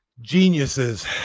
Geniuses